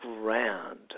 grand